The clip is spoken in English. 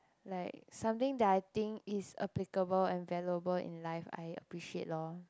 like something that I think is applicable and valuable in life I appreciate lor